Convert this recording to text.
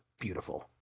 beautiful